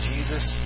Jesus